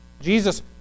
Jesus